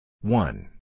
One